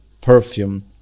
perfume